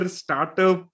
startup